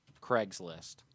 Craigslist